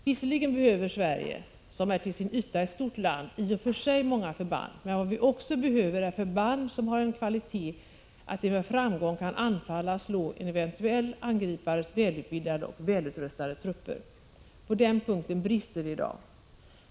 Visserligen behöver Sverige, som är till sin yta ett stort land, i och för sig många förband men vad vi också behöver är förband som har en sådan kvalitet att de med framgång kan anfalla och slå en eventuell angripares välutbildade och välutrustade trupper. På den punkten brister det i dag.